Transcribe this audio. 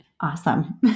Awesome